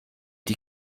die